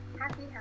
happy